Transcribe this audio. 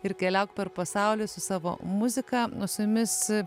ir keliauk per pasaulį su savo muzika o su jumis